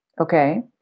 okay